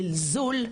זלזול,